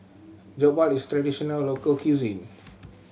Jokbal is traditional local cuisine